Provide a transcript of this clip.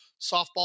Softball